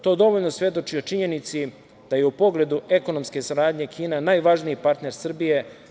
To dovoljno svedoči o činjenici da je u pogledu ekonomske saradnje Kina najvažniji partner Srbije.